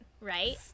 right